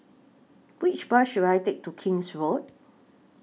Which Bus should I Take to King's Road